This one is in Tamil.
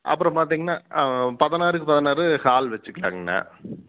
அப்புறம் பார்த்திங்கனா ஆ பதினாறுக்கு பதினாறு ஹால் வச்சிக்குலாங்க அண்ணா